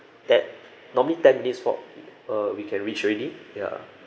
that normally ten minutes walk uh we can reach already ya